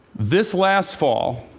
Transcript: this last fall,